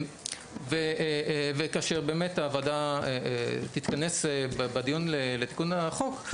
וכאשר הוועדה תתכנס בדיון לתיקון החוק,